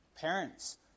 Parents